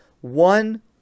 one